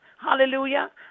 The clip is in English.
Hallelujah